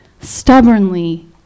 stubbornly